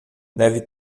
deve